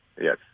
yes